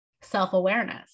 self-awareness